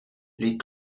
les